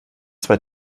zwei